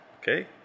Okay